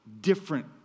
different